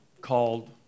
called